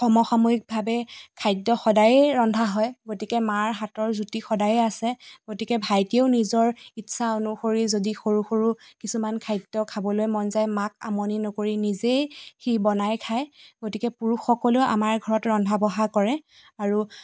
সমসাময়িকভাৱে খাদ্য সদায়েই ৰন্ধা হয় গতিকে মাৰ হাতৰ জুতি সদায়ে আছে গতিকে ভাইটিয়েও নিজৰ ইচ্ছা অনুসৰি যদি সৰু সৰু কিছুমান খাদ্য খাবলৈ মন যায় মাক আমনি নকৰি সি নিজেই সি বনাই খায় গতিকে পুৰুষসকলেও আমাৰ ঘৰত ৰন্ধা বঢ়া কৰে আৰু